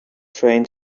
train